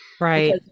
Right